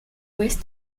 ouest